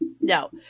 No